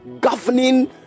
governing